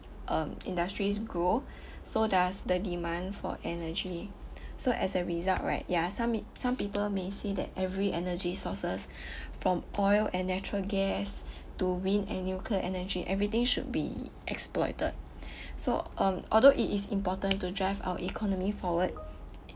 um industries grow so does the demand for energy so as a result right ya some i~ some people may see that every energy sources from oil and natural gas to wind and nuclear energy everything should be exploited so um although it is important to drive our economy forward